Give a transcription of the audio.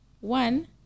one